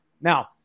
Now